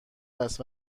است